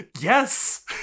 Yes